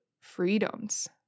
freedoms